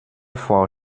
vor